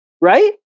right